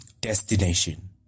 destination